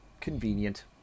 convenient